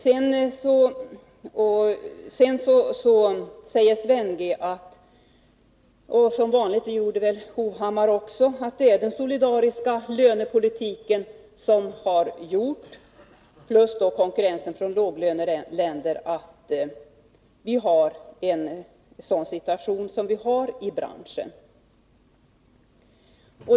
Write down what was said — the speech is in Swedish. Sedan säger Sven Andersson — och det gjorde som vanligt Erik Hovhammar också — att det är den solidariska lönepolitiken plus konkurrensen från låglöneländer som har gjort att vi har den situation som vi har i branschen.